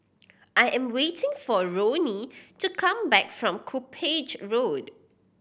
I am waiting for Roni to come back from Cuppage Road